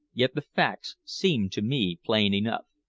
yet the facts seemed to me plain enough.